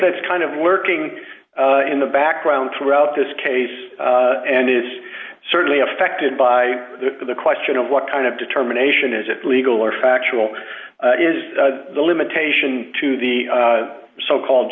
that's kind of lurking in the background throughout this case and it's certainly affected by the question of what kind of determination is it legal or factual is the limitation to the so called